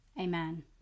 Amen